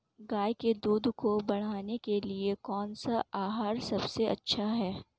गाय के दूध को बढ़ाने के लिए कौनसा आहार सबसे अच्छा है?